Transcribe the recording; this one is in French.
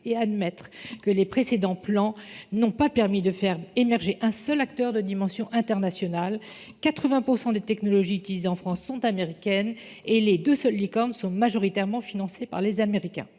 et admettre que les précédents plans n'ont pas permis de faire émerger un seul acteur de dimension internationale 80% des technologies utilisées en France sont américaines et les deux sols licornes sont majoritairement financées par les américains.